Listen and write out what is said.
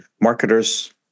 marketers